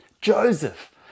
Joseph